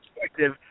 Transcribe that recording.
perspective